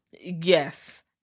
Yes